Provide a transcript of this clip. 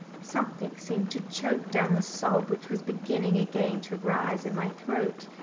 something seemed to choke down the sob which was beginning again to rise in my throat.